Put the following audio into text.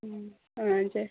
हुन्छ